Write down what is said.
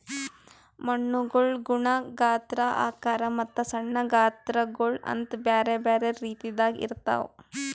ಮಣ್ಣುಗೊಳ್ ಗುಣ, ಗಾತ್ರ, ಆಕಾರ ಮತ್ತ ಸಣ್ಣ ಗಾತ್ರಗೊಳ್ ಅಂತ್ ಬ್ಯಾರೆ ಬ್ಯಾರೆ ರೀತಿದಾಗ್ ಇರ್ತಾವ್